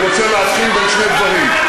אני רוצה להבחין בין שני דברים,